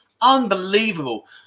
Unbelievable